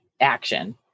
action